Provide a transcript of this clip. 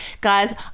guys